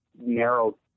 narrow